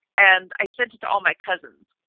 and i said to to all my cousins.